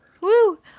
Woo